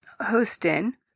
hosting